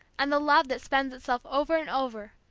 and the love that spends itself over and over,